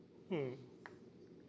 mm